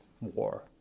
war